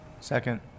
second